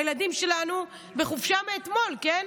הילדים שלנו בחופשה מאתמול, כן?